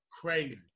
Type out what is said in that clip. crazy